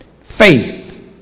Faith